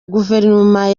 guverinoma